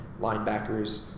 linebackers